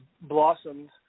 blossomed